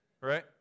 right